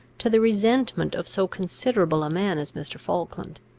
to the resentment of so considerable a man as mr. falkland.